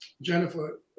Jennifer